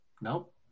nope